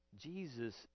Jesus